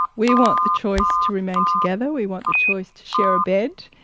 we want the choice to remain together, we want the choice to share a bed,